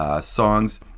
songs